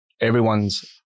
Everyone's